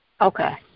Okay